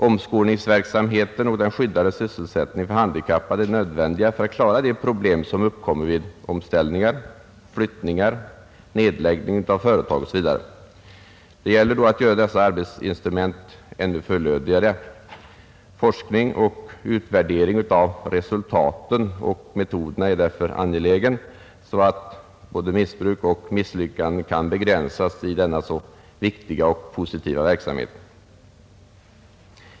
Omskolningsverksamheten och den skyddade sysselsättningen för handikappade är nödvändiga för att klara de problem som uppkommer vid omställningar, flyttningar, nedläggning av företag osv. Det gäller att göra dessa arbetsmarknadsinstrument ännu fullödigare. Forskning och utvärdering av resultaten och metoderna är angelägna så att missbruk och misslyckanden kan begränsas i denna så viktiga och positiva verksamhet.